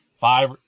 five